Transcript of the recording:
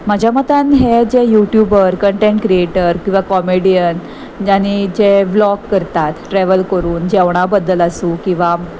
म्हज्या मतान हे जे यूट्यूबर कंटेंट क्रियेटर किंवां कॉमेडियन आनी जे व्लॉग करतात ट्रॅेवल करून जेवणा बद्दल आसूं किंवां